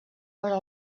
però